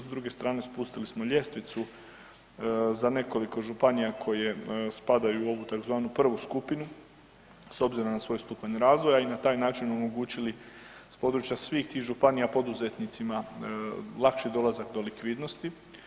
S druge strane spustili smo ljestvicu za nekoliko županija koje spadaju u ovu tzv. prvu skupinu s obzirom na svoj stupanj razvoja i na taj način omogućili s područja svih tih županija poduzetnicima lakši dolazak do likvidnosti.